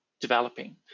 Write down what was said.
developing